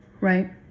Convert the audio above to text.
Right